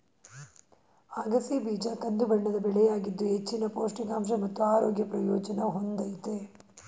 ಅಗಸೆ ಬೀಜ ಕಂದುಬಣ್ಣದ ಬೆಳೆಯಾಗಿದ್ದು ಹೆಚ್ಚಿನ ಪೌಷ್ಟಿಕಾಂಶ ಮತ್ತು ಆರೋಗ್ಯ ಪ್ರಯೋಜನ ಹೊಂದಯ್ತೆ